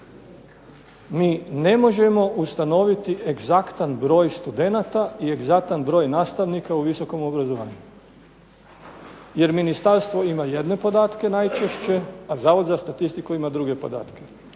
Mi ne možemo ustanoviti egzaktan broj studenata i egzaktan broj nastavnika u visokom obrazovanju, jer ministarstvo ima jedne podatke najčešće, a Zavod za statistiku ima druge podatke.